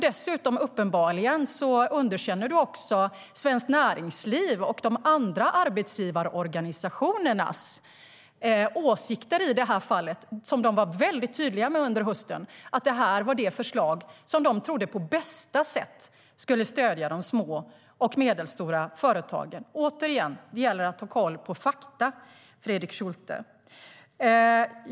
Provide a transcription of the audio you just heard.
Dessutom underkänner du uppenbarligen Svenskt Näringslivs och de andra arbetsgivarorganisationernas åsikter i detta fall. De var under hösten tydliga med att detta var det förslag som de trodde skulle stödja de små och medelstora företagen på bästa sätt. Återigen: Det gäller att ha koll på fakta, Fredrik Schulte.